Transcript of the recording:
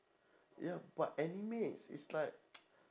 ya but anime it's it's like